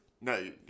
no